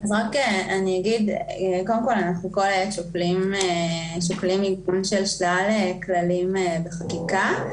אנחנו כל העת שוקלים עדכון של שלל כללים בחקיקה.